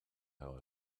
how